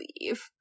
leave